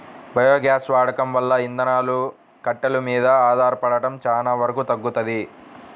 biogas వాడకం వల్ల ఇంధనాలు, కట్టెలు మీద ఆధారపడటం చానా వరకు తగ్గుతది